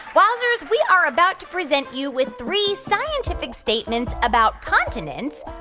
wowzers, we are about to present you with three scientific statements about continents.